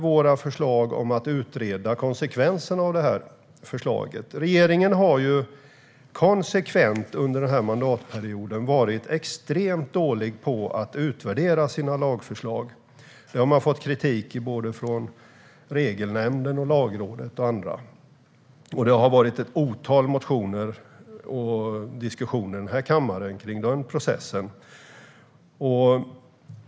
Våra förslag om att utreda konsekvensen av det här förslaget grundas på att regeringen under den här mandatperioden konsekvent har varit extremt dålig på att utvärdera sina lagförslag. Det har man fått kritik för, från såväl Regelnämnden och Lagrådet som andra. Och det har varit ett otal motioner och diskussioner i kammaren om den processen.